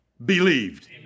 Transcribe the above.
believed